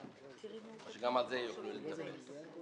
או שגם על זה יוכלו --- דמן